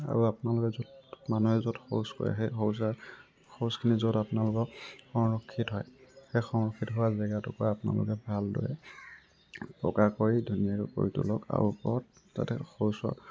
আৰু আপোনালোকে য'ত মানুহে য'ত শৌচ কৰে সেই শৌচা শৌচখিনি য'ত আপোনালোকৰ সংৰক্ষিত হয় সেই সংৰক্ষিত হোৱা জেগা টোকোৰা আপোনালোকে ভালদৰে পকা কৰি ধুনীয়াকৈ কৰি তুলক আৰু ওপৰত তাতে শৌচৰ